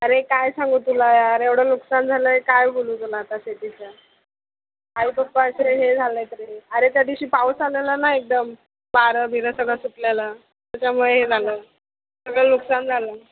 अरे काय सांगू तुला यार एवढं नुकसान झालं आहे काय बोलू तुला आता शेतीचं आई पप्पा असे हे झाले आहेत रे अरे त्यादिवशी पाऊस आलेला ना एकदम वारं बीरं सगळं सुटलेलं त्याच्यामुळे हे झालं सगळं नुकसान झालं